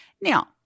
Now